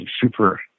super